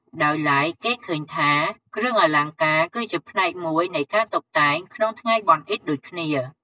ដោយឡែក គេឃើញថា គ្រឿងអលង្ការគឺជាផ្នែកមួយនៃការតុបតែងក្នុងថ្ងៃបុណ្យអ៊ីឌដូចគ្នា។